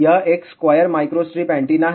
यह एक square microstrip antenna है